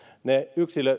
ne